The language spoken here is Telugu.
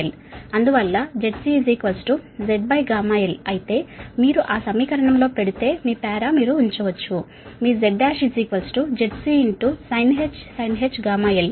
అందువల్ల ZC Zγlఅయితే మీరు ఆ సమీకరణంలో పెడితే ఈ పారా లో మీరు ఉంచవచ్చు మీ Z1 ZCsinh γl